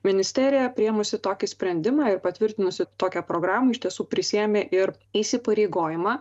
ministerija priėmusi tokį sprendimą ir patvirtinusi tokią programą iš tiesų prisiėmė ir įsipareigojimą